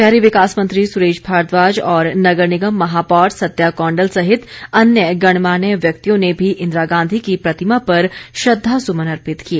शहरी विकास मंत्री सुरेश भारद्वाज और नगर निगम महापौर सत्या कौंडल सहित अन्य गणमान्य व्यक्तियों ने भी इंदिरा गांधी की प्रतिमा पर श्रद्वास्मन अर्पित किए